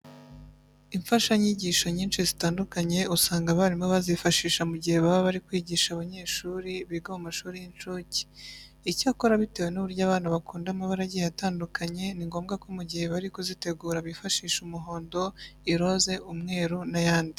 Imfashanyigisho nyinshi zitandukanye usanga abarimu bazifashisha mu gihe baba bari kwigisha abanyeshuri biga mu mashuri y'incuke. Icyakora bitewe n'uburyo abana bakunda amabara agiye atandukanye, ni ngombwa ko mu gihe bari kuzitegura bifashisha umuhondo, iroze, umweru n'ayandi.